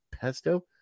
pesto